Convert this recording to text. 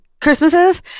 christmases